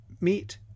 meet